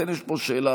לכן יש פה שאלה.